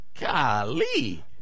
Golly